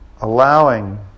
allowing